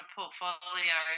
portfolio